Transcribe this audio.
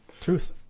Truth